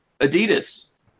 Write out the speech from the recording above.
Adidas